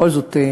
בכל זאת,